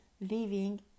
living